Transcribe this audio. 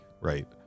right